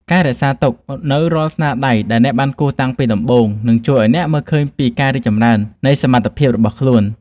ការរក្សាទុកនូវរាល់ស្នាដៃដែលអ្នកបានគូរតាំងពីដំបូងនឹងជួយឱ្យអ្នកមើលឃើញពីការរីកចម្រើននៃសមត្ថភាពរបស់ខ្លួន។